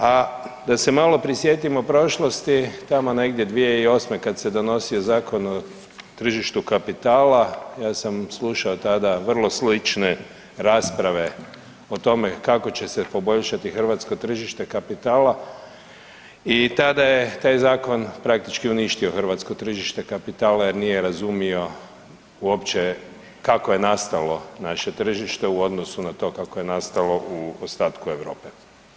A da se malo prisjetimo prošlosti tamo negdje 2008. kad se donosio Zakon o tržištu kapitala ja sam slušao tada vrlo slične rasprave o tome kako će se poboljšati hrvatsko tržište kapitala i tada je taj zakon praktički uništio hrvatsko tržište kapitala jer nije razumio uopće kako je nastalo naše tržište u odnosu na to kako je nastalo u ostatku Europe.